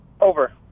Over